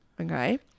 okay